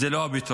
הם לא הפתרון.